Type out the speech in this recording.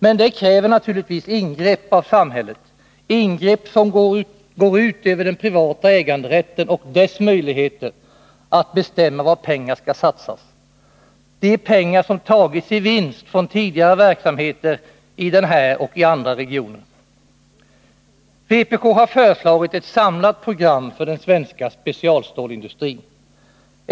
Men det kräver naturligtvis ingrepp av samhället, ingrepp som går ut över den privata äganderätten och dess möjligheter att bestämma var pengar skall satsas, de pengar som tagits i vinst från tidigare verksamheter i den här och i andra regioner. Vpk har föreslagit ett samlat program för den svenska specialstålindustrin.